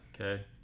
Okay